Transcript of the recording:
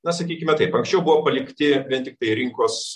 na sakykime taip anksčiau buvo palikti vien tiktai rinkos